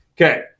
Okay